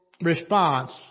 response